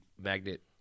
Magnet